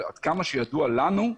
ועד כמה שידוע לנו,